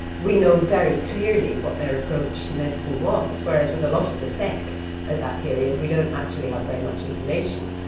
we know very clearly what their approach to medicine was, whereas with a lot of the sects at that period, we don't actually have very much information.